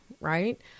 right